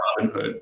Robinhood